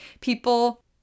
people